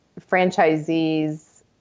Franchisees